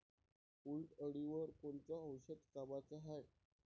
उंटअळीवर कोनचं औषध कामाचं हाये?